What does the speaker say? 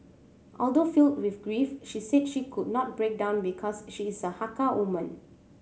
although filled with grief she said she could not break down because she is a Hakka woman